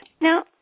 Now